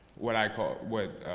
what i call what